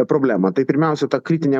problemą tai pirmiausia ta kritinė